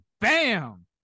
bam